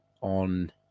on